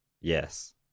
Yes